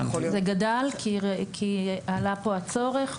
זה גדל, כי עלה פה הצורך.